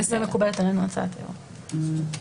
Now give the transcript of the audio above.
מקובלת עלינו הצעת היו"ר.